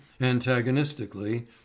antagonistically